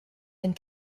and